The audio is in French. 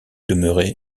demeuré